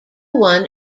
won